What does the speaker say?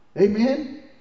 amen